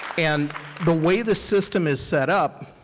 and the way the system is set up,